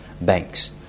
banks